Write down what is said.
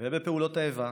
ובפעולות האיבה,